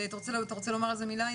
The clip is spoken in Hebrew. אתה רוצה לומר על זה מילה עידן?